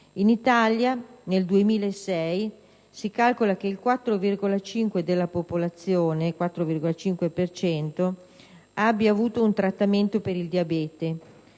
In Italia, nel 2006, si calcola che il 4,5 per cento della popolazione abbia avuto un trattamento per il diabete,